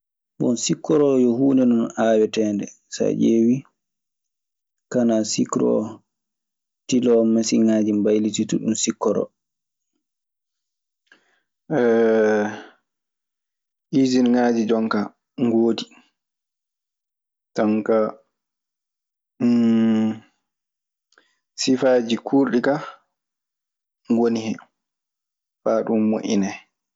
Bon sikkoro yo huunde non aaweteende. So a ƴeewi, kane a sikr ootiloo masiŋaaji mbaytitta ɗun sikkoro. Isinŋaaji jonkaa ngoodi. Jonkaa sifaaji kuurɗi ka ngoni hen faa ɗun moƴƴinee.